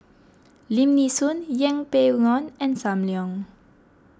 Lim Nee Soon Yeng Pway Ngon and Sam Leong